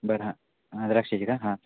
बरं हा द्राक्षाची का हां